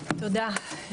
תודה.